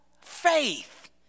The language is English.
faith